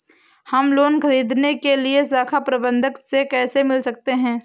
हम लोन ख़रीदने के लिए शाखा प्रबंधक से कैसे मिल सकते हैं?